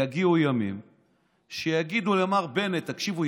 יגיעו ימים שיגידו למר בנט: תקשיבו,